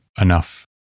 enough